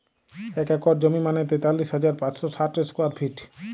এক একর জমি মানে তেতাল্লিশ হাজার পাঁচশ ষাট স্কোয়ার ফিট